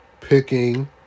picking